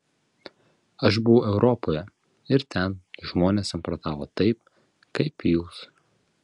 aš buvau europoje ir ten žmonės samprotavo taip kaip jūs